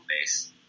base